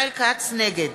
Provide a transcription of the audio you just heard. נגד